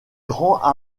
grands